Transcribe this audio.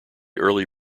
early